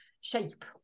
shape